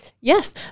yes